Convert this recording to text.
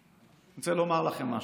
אני רוצה לומר לכם משהו.